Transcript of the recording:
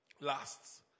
lasts